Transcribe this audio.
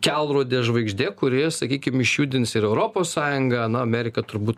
kelrodė žvaigždė kuri sakykim išjudins ir europos sąjungą na amerika turbūt